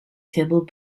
table